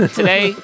Today